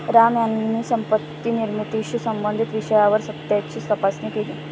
राम यांनी संपत्ती निर्मितीशी संबंधित विषयावर सत्याची तपासणी केली